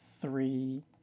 three